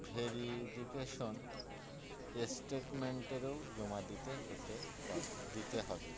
verification স্টেটমেন্টেরও জমা দিতে হতে পারে দিতে হবে